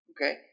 Okay